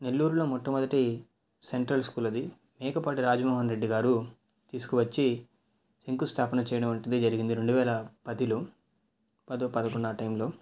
నెల్లూరులో మొట్టమొదటి central school అది మేకపాటి రాజమోహనరెడ్డి గారు తీసుకువచ్చి శంకుస్థాపన చేయడం వంటిది జరిగింది రెండు వేల పదిలో పదో పదకొండో ఆ టైములో